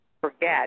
forget